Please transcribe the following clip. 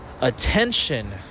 attention